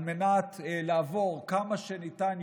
צריך לנצל את המצב שנוצר על מנת לעבור כמה שניתן יותר